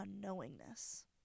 unknowingness